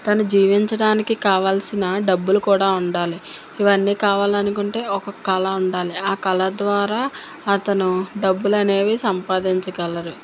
తను జీవించడానికి కావాల్సిన డబ్బులు కూడా ఉండాలి ఇవన్నీ కావాలి అనుకుంటే ఒక కళ ఉండాలి ఆ కళ ద్వారా అతను డబ్బులు అనేవి సంపాదించగలరు